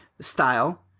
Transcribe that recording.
style